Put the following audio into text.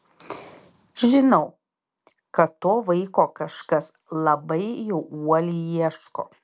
žinau kad to vaiko kažkas labai jau uoliai ieško